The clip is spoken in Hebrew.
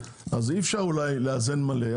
אז אי אפשר אולי לאזן מלא,